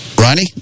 Ronnie